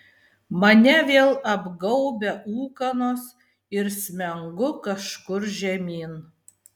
mane vėl apgaubia ūkanos ir smengu kažkur žemyn